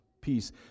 peace